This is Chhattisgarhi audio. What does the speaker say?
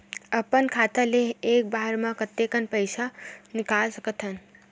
अपन खाता ले एक बार मा कतका पईसा निकाल सकत हन?